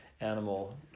animal